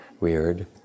weird